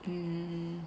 mm mm mm